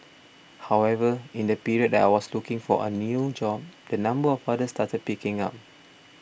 however in the period that I was looking for a new job the number of orders started picking up